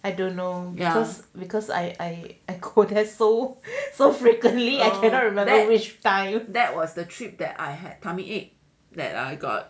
I don't know because because I I I go there so so frequently I cannot remember which trip was that